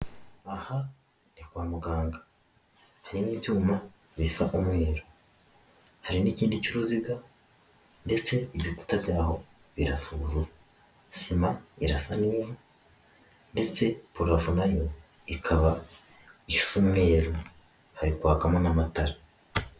Aha kwa muganga hari mo ibyuma bisa umweru, hari n'kindi cy'uruziga ndetse ibikuta byaho birasa ubururu irasa n'ivu ndetse parafo nayo ikaba isa umweru hayikwakamo n'amatara.